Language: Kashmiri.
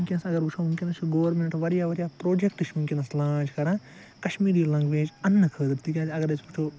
ونکیٚس اگر وٕچھو ونکیٚس چھِ گورمنٹ واریاہ واریاہ پروجَکٹ چھِ لانٛچ کران کَشمیٖری لَنٛگویج اَننہٕ خٲطرٕ تکیاز اگر أسۍ وٕچھو